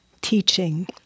teaching